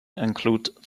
include